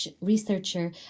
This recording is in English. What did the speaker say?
researcher